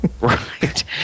right